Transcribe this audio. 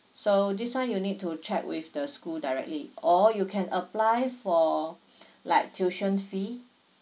so this one you need to check with the school directly or you can apply for like tuition fee